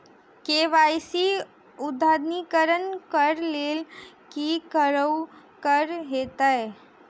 KYC अद्यतनीकरण कऽ लेल की करऽ कऽ हेतइ?